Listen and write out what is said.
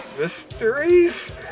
Mysteries